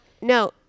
no